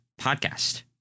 Podcast